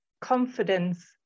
confidence